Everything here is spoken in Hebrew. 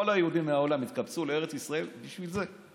כל היהודים מהעולם התקבצו לארץ ישראל בשביל זה.